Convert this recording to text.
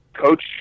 coach